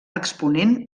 exponent